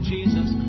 Jesus